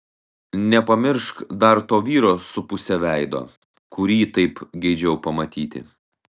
nepamiršk dar to vyro su puse veido kurį taip geidžiau pamatyti